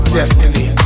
destiny